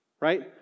right